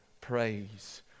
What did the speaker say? praise